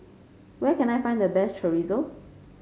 where can I find the best Chorizo